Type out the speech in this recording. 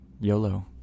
YOLO